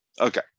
Okay